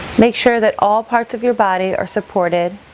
make sure that all parts of your body are supported.